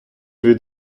від